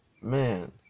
man